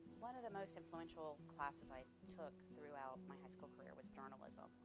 one of the most influential classes i took throughout my high school career was journalism,